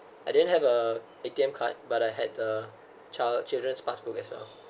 I didn't have a A_T_M card but I had a child children's passbook as well